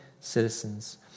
citizens